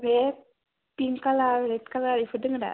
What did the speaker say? बे पिंक कालारनि red colour इफोर दोङोदा